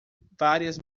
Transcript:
várias